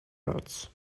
arts